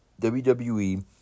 WWE